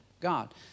God